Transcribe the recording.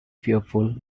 fearful